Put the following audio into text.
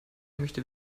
möchte